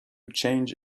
change